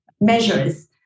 measures